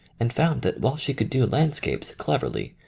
and found that, while she could do landscapes cleverly,